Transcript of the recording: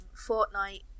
Fortnite